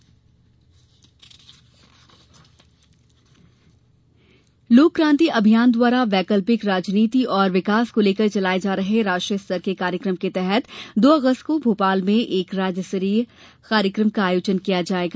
शरद यादव लोक क्रांति अभियान द्वारा वैकल्पिक राजनीति और विकास को लेकर चलाए जा रहे राष्ट्रीय स्तर के कार्यक्रम के तहत दो अगस्त को भोपाल में एक राज्य स्तरीय के एक कार्यक्रम का आयोजन किया जाएगा